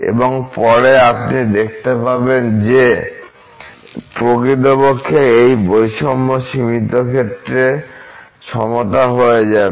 এবং পরে আপনি দেখতে পাবেন যে প্রকৃতপক্ষে এই বৈষম্য সীমিত ক্ষেত্রে সমতা হয়ে যাবে